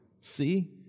See